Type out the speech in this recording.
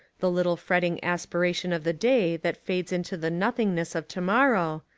the little fretting aspiration of the day that fades into the nothingness of to morrow,